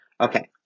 Okay